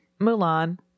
mulan